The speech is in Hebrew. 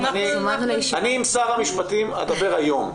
אני עם שר המשפטים אדבר היום.